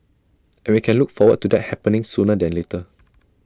and we can look forward to that happening sooner than later